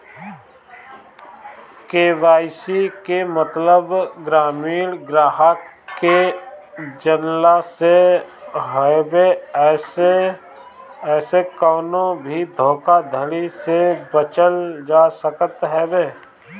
KYC के मतलब अपनी ग्राहक के जनला से हवे एसे कवनो भी धोखाधड़ी से बचल जा सकत हवे